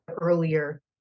earlier